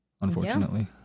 Unfortunately